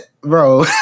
bro